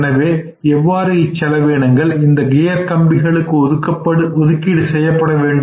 எனவே எவ்வாறு இச்செலவினங்கள் இந்த கியர் கம்பிகளுக்கு ஒதுக்கீடு செய்யப்பட வேண்டும்